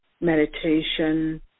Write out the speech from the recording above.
meditation